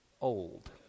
old